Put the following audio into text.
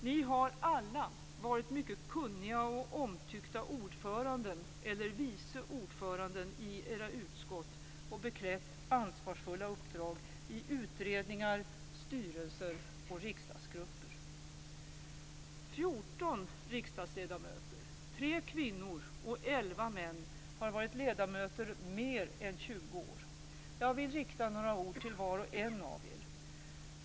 Ni har alla varit mycket kunniga och omtyckta ordförande eller vice ordförande i era utskott och beklätt ansvarsfulla uppdrag i utredningar, styrelser och riksdagsgrupper. har varit ledamöter mer än 20 år. Jag vill rikta några ord till var och en av er.